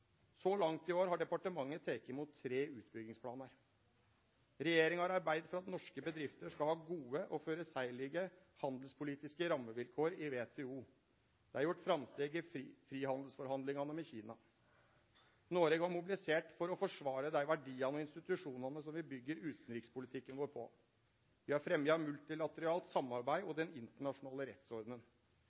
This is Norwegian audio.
Regjeringa har arbeidd for at norske bedrifter skal ha gode og føreseielege handelspolitiske rammevilkår i WTO. Det er gjort framsteg i frihandelsforhandlingane med Kina. Noreg har mobilisert for å forsvare dei verdiane og institusjonane som vi byggjer utanrikspolitikken vår på. Vi har fremja multilateralt samarbeid og den internasjonale